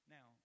Now